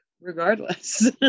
regardless